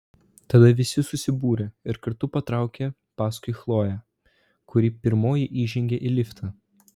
tada visi susibūrė ir kartu patraukė paskui chloję kuri pirmoji įžengė į liftą